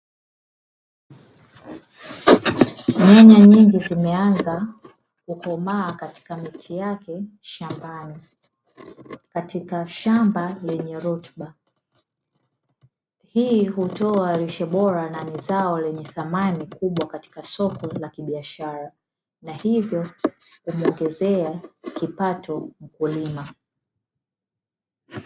Nyanya nyingi zimeanza kukomaa katika miti yake shambani katika shamba lenye rutuba. Hii hutoa lishe bora na ni zao lenye thamani kubwa katika soko la kibiashara na hivyo kumuongezea kipato mkulima.